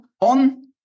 on